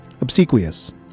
Obsequious